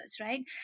Right